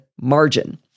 margin